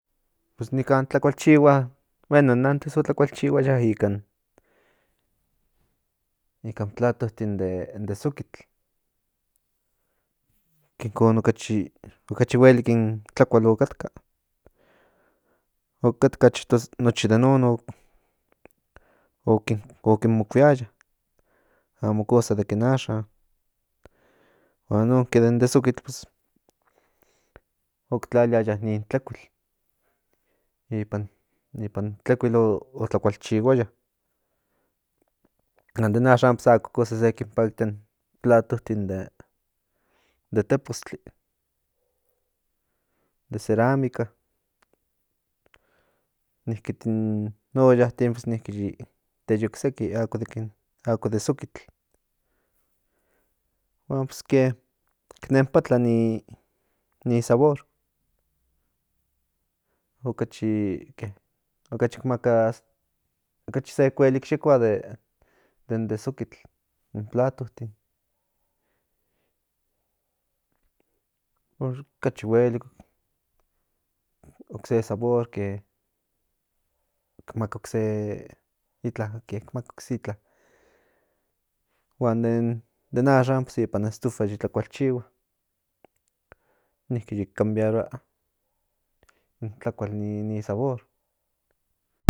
Pues in nikan tlakulchihua bueno in antes o tlakulchihua ika in platotin de zokitl ikon okachi huelik in tlakual okatka okatka achto nochi den non okin mokuiaya amo cosa de ken axan huan nokse den de zokitl oktlalia nin tlekuil ipan tlekuil o tlakulchihuaya huan den axan ako cosa kin paktia in platotin de tepostli de cerámica niki in ollatin niki de yi okseki ako de zokitl huan ke nen palta ni sabor akachi ki maka okachi sek huelikyekua den de zokitl in platotin okachi huelik ok se sabor kemaka okse itla huan den axan pues ipan in estufa yo tlakualchihua niki yik cambiaroa in tlakual in ni sabor